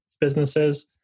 businesses